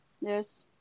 yes